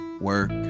work